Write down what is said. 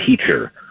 teacher